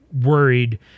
worried